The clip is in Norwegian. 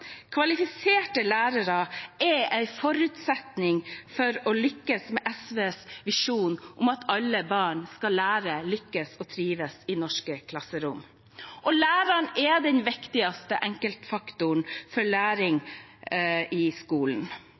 Kvalifiserte lærere er en forutsetning for å lykkes med SVs visjon om at alle barn skal lære, lykkes og trives i norske klasserom. Læreren er den viktigste enkeltfaktoren for læring i skolen.